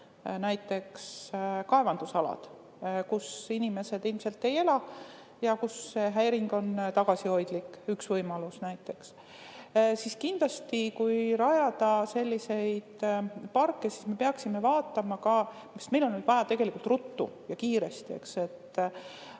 endised kaevandusalad, kus inimesed ilmselt ei ela ja kus häiring on tagasihoidlik. See on üks võimalus näiteks. Kindlasti, kui rajada selliseid parke, me peaksime vaatama – sest meil on vaja tegelikult ruttu ja kiiresti